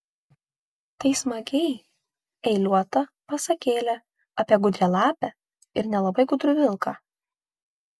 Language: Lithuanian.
tai smagiai eiliuota pasakėlė apie gudrią lapę ir nelabai gudrų vilką